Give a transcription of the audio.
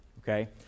okay